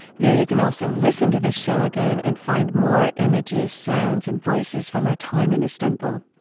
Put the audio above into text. there you can also listen to this show again and find more images, sounds, and voices from our time in istanbul.